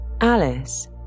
Alice